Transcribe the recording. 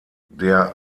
der